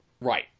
Right